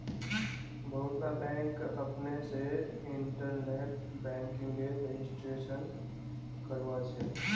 बहुतला बैंक अपने से इन्टरनेट बैंकिंगेर रजिस्ट्रेशन करवाछे